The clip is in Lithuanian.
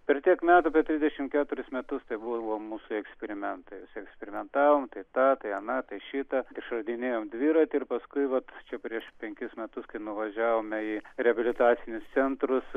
per tiek metų trisdešimt keturis metus tai buvo mūsų eksperimentai vis eksperimentavom tai tą tai aną tai šitą išradinėjom dviratį ir paskui vat čia prieš penkis metus kai nuvažiavome į rebilitacinius centrus